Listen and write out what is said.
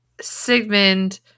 Sigmund